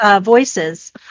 Voices